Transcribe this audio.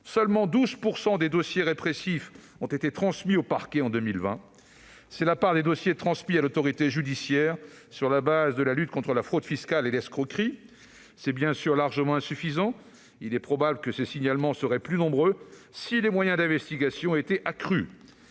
seuls 12 % des dossiers répressifs ont été transmis au parquet en 2020. C'est la part des dossiers transmis à l'autorité judicaire sur la base de la lutte contre la fraude fiscale et l'escroquerie. C'est, bien entendu, largement insuffisant. Il est probable que ces signalements seraient plus nombreux si les moyens d'investigation étaient accrus.